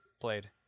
played